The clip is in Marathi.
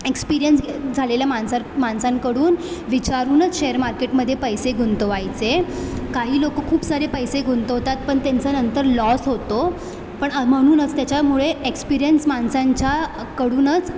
एक्सपीरीयन्स झालेल्या माणसान् माणसांकडून विचारूनच शेअर मार्केटमध्ये पैसे गुंतवायचे काही लोकं खूप सारे पैसे गुंतवतात पण त्यांचं नंतर लॉस होतो पण अ म्हणूनच त्याच्यामुळे एक्सपीरीयन्स माणसांच्याकडूनच